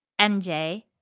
MJ